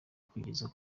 kugeza